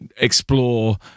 explore